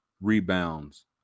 Rebounds